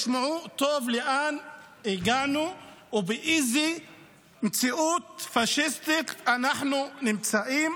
תשמעו טוב לאן הגענו ובאיזה מציאות פשיסטית אנחנו נמצאים,